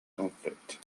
conflict